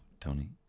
Tony